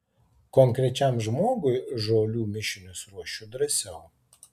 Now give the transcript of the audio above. konkrečiam žmogui žolių mišinius ruošiu drąsiau